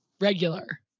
Regular